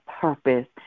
purpose